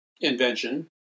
invention